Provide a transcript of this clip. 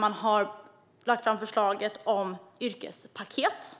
Den har lagt fram förslag om ett yrkespaket.